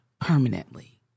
permanently